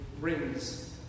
rings